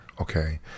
Okay